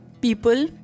People